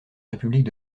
république